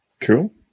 Cool